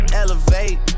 elevate